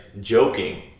joking